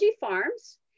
Farms